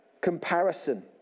Comparison